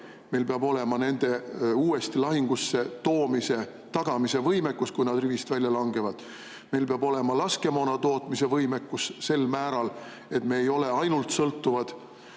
[relvasüsteemide] uuesti lahingusse toomise tagamise võimekus, kui need rivist välja langevad. Meil peab olema laskemoona tootmise võimekus sel määral, et me ei ole sõltuvad